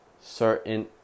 certain